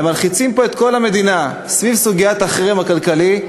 ומלחיצים פה את כל המדינה סביב סוגיית החרם הכלכלי,